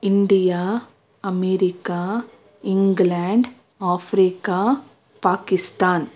India America England Africa Pakistan